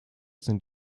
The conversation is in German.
sind